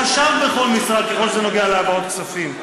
יש חשב בכל משרד, ככל שזה נוגע להעברות כספים,